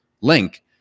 link